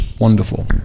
wonderful